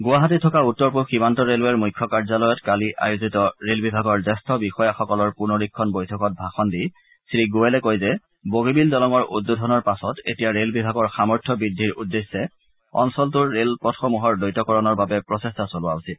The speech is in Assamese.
গুৱাহাটীত থকা উত্তৰ পূব সীমান্ত ৰে'লৱেৰ মুখ্য কাৰ্যালয়ত কালি আয়োজিত ৰেল বিভাগৰ জ্যেষ্ঠ বিষয়াসকলৰ পুনৰীক্ষণ বৈঠকত ভাষণ দি শ্ৰীগোৱেলে কয় যে বগীবিল দলঙৰ উদ্বোধনৰ পাছত এতিয়া ৰেল বিভাগৰ সামৰ্থ্য বৃদ্ধিৰ উদ্দেশ্যে অঞ্চলটোৰ ৰেল পথসমূহৰ দ্বৈতকৰণৰ বাবে প্ৰচেষ্টা চলোৱা উচিত